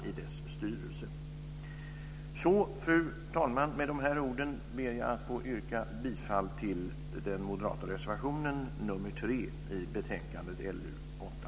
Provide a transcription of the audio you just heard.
Fru talman! Med de här orden ber jag alltså att få yrka bifall till den moderata reservationen nr 3 i betänkandet LU8.